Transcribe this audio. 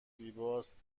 زیباست